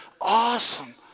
awesome